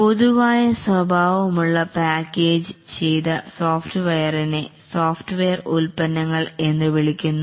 പൊതുവായ സ്വഭാവം ഉള്ള പാക്കേജ് ചെയ്ത സോഫ്റ്റ്വെയറിന് സോഫ്റ്റ്വെയർ ഉൽപ്പന്നങ്ങൾ എന്ന് വിളിക്കുന്നു